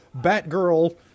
Batgirl